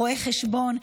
רואה חשבון,